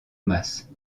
masse